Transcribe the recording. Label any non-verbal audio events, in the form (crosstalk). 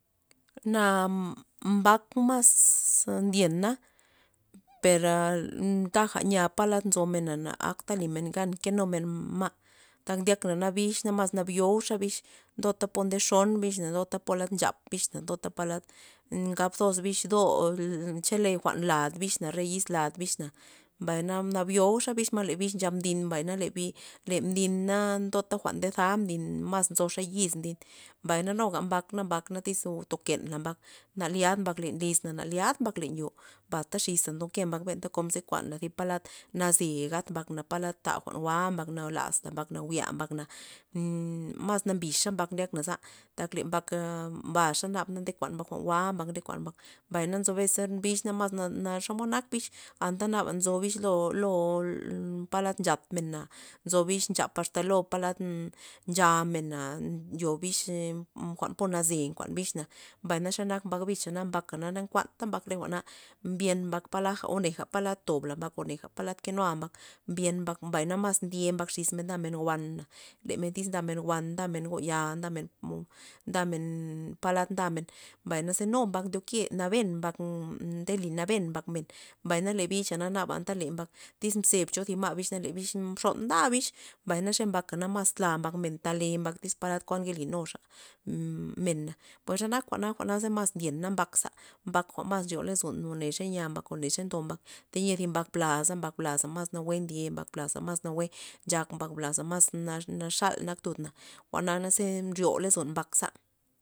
Na mbak mas a ndyena per taja nya palad nzomena na akta limen gan kenumen ma', tak ndyak na bix mas nabio'u xa bix pota ndexon bix popa nchap bix popa palad ngab toz biz do chele jwa'n lad bix re yiz las bix na, mbay na nabio'uxa bix ma le bix ncha mdin mbay le- le mdin na ndota jwa'n ndeza mdin maz nzoxa yiz mdin mbay na nuga mbak na mbak na tyz tokenla mbak na lyad mbak len liz la na lyad mbak len yo bata xiza ndoke mbak benta kon ze kuanla zi palad naze gat mbak palad ta jwa'n jwa' mbak lazla mbak na jwi' mbak na (hesitation) nn- mas nambixa mbak ndyak naza tak le mbak baxa nde kuan mbak jwa'n jwa mbak mbay na nzo bes mbix na xomod nak bix anta nzo bix lo- lo palad nchatmena nzo bix nchap asta polad nchamena ndyob bix ee jwa'n po naze nkuan bix na mbay xe nak mbak bixa le mbaka na nkuanta mbak re jwa'na mbyen mbak polad gonejey palad tob la mbak gonejey palad kenua mbak mbyen mbak mbay mas ndye mbak xis men men wan na le tyz ndamen wan na ndamen go yana (hesitation) nn- ndamen polad ndamen mbay naze nu mbak ndoke naben mbak ndeli naben mbak men mbay na le bixa naba anta le mbak le cho ma' le bix mxon nda bix mbay naxe mbaka mas tla mbakmen tale mbak tyz palad nke linuxa mena pues xe nak jwa'na jwa'na mas ndyena mbak za mbak jwa'n mas nryo lozon gone xe nya mbak gone xe ndo mbak teyia thi mbak blaza mbak mas nawue ndye mbak blaza mas nawue ncha mbak blaza mas mas naxal nak tudna jwa'naze nryo lozon mbak za.